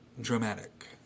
dramatic